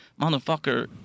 motherfucker